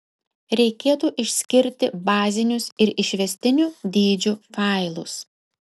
reikėtų išskirti bazinius ir išvestinių dydžių failus